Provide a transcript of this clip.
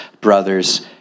brothers